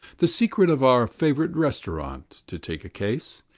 the secret of our favourite restaurant, to take a case,